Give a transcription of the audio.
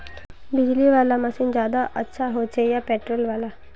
बिजली वाला मशीन ज्यादा अच्छा होचे या पेट्रोल वाला?